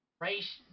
race